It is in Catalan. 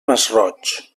masroig